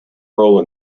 role